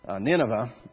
Nineveh